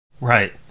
Right